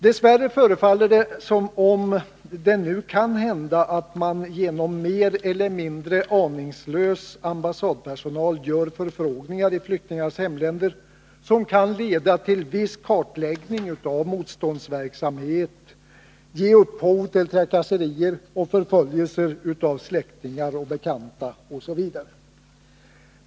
Dess värre förefaller det som om det kan hända att man genom mer eller mindre aningslös ambassadpersonal gör förfrågningar i flyktingars hemländer som kan leda till viss kartläggning av motståndsverksamhet, ge upphov till trakasserier och förföljelser av släktingar och bekanta osv.